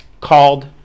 called